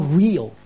real